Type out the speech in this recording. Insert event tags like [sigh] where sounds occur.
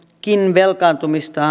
velkaantumista [unintelligible]